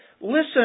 Listen